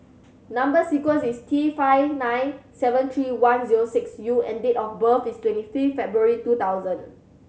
number sequence is T five nine seven three one zero six U and date of birth is twenty fifth February two thousand